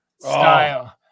style